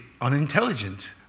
unintelligent